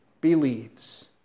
believes